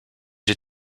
des